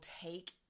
take